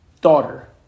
daughter